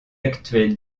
actuel